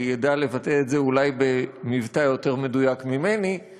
ידע לבטא את זה אולי במבטא יותר מדויק ממני,